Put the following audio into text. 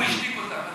הוא השתיק אותם.